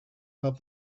have